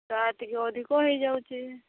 sir ଟିକେ ଅଧିକ ହେଇଯାଉଛି